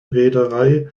reederei